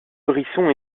brisson